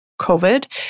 COVID